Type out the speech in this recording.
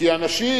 כי אנשים,